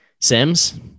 Sims